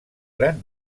gran